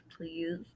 please